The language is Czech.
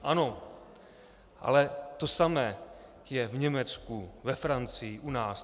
Ano, ale to samé je v Německu, ve Francii, u nás.